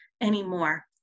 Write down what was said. anymore